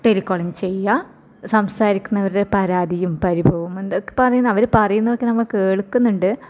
telecalling ചെയ്യുക സംസാരിക്കുന്നവരുടെ പരാതിയും പരിഭവവും എന്തൊക്കെ പറയുന്നത് അവർ പറയുന്നതൊക്കെ നമ്മൾ കേൾക്കുന്നുണ്ട്